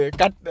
cut